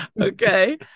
Okay